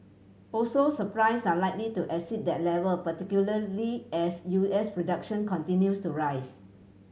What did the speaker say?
also supplies are likely to exceed that level particularly as U S production continues to rise